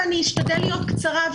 אני אשתדל להיות קצרה.